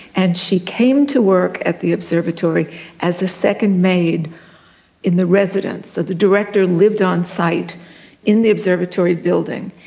and she came to work at the observatory as a second maid in the residence. the the director lived on site in the observatory building,